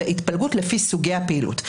התפלגות לפי סוגי הפעילות.